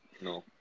No